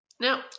Now